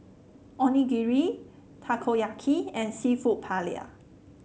Onigiri Takoyaki and seafood Paella